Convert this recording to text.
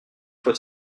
faut